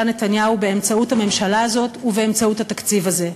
נתניהו באמצעות הממשלה הזאת ובאמצעות התקציב הזה.